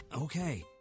okay